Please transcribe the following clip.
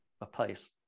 apace